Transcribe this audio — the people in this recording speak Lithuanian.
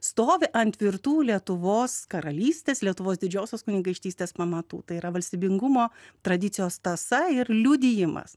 stovi ant tvirtų lietuvos karalystės lietuvos didžiosios kunigaikštystės pamatų tai yra valstybingumo tradicijos tąsa ir liudijimas